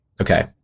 Okay